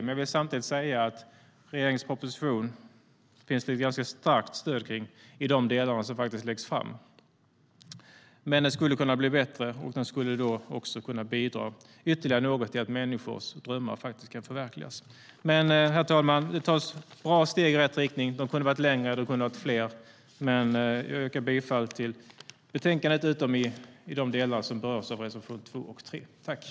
De delar som läggs fram i regeringens proposition har ett starkt stöd. Propositionen kan dock bli bättre och skulle då kunna bidra ytterligare till att människors drömmar kan förverkligas.